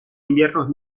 inviernos